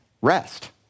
rest